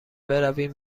برویم